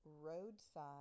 Roadside